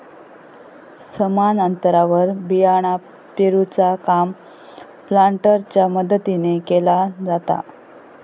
समान अंतरावर बियाणा पेरूचा काम प्लांटरच्या मदतीने केला जाता